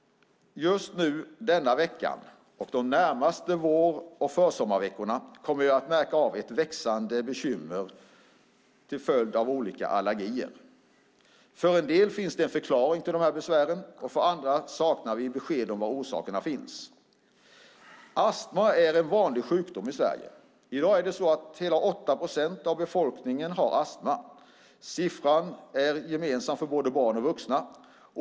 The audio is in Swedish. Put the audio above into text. Just nu, denna vecka och de närmaste vår och försommarveckorna, kommer vi att märka av ett växande bekymmer till följd av olika allergier. För en del finns det en förklaring till besvären, och för andra saknar vi besked om var orsakerna finns. Astma är en vanlig sjukdom i Sverige. I dag har hela 8 procent av befolkningen astma. Siffran är gemensam för barn och vuxna.